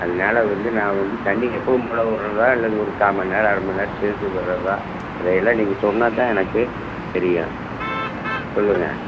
அதனால வந்து நான் வந்து தண்ணி எப்போவும்போல விட்றதா இல்லை அது ஒரு காமண்நேரம் அரைமண்நேரம் சேர்த்து விடுறதா இதையெல்லாம் நீங்கள் சொன்னால்தான் எனக்கு தெரியும் சொல்லுங்கள்